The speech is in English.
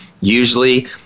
Usually